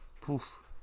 Poof